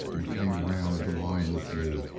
and came round into line with me,